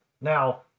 Now